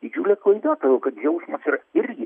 didžiulė klaida todėl kad jausmas yra irgi